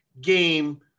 game